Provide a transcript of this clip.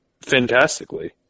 fantastically